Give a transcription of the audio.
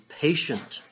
patient